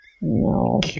No